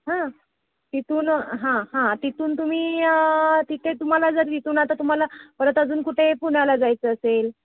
हां तिथून हां हां तिथून तुम्ही तिथे तुम्हाला जर तिथून आता तुम्हाला परत अजून कुठे पुण्याला जायचं असेल